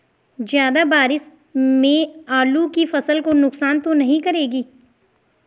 ज़्यादा बारिश मेरी आलू की फसल को नुकसान तो नहीं करेगी?